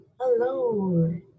Hello